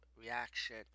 reaction